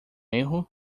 erro